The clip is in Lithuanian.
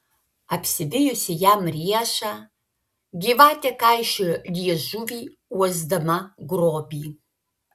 apsivijusi jam riešą gyvatė kaišiojo liežuvį uosdama grobį